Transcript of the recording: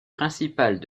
principales